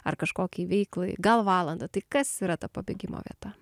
ar kažkokiai veiklai gal valandą tai kas yra ta pabėgimo vieta